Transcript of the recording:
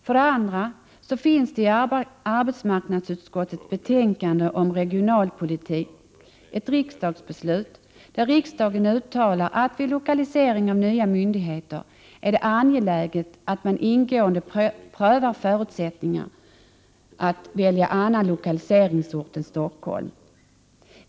För det andra finns det i arbetsmarknadsutskottets betänkande om regionalpolitik redovisat ett riksdagsbeslut, där riksdagen uttalar att det vid lokalisering av nya myndigheter är angeläget att man ingående prövar förutsättningarna för att välja annan lokaliseringsort än Stockholm.